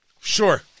sure